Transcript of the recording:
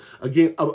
again